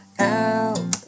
out